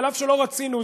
אף שלא רצינו,